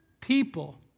people